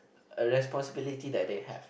uh responsibilities that they have